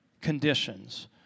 conditions